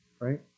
right